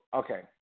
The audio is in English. okay